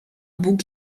bóg